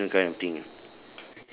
ya additional kind of thing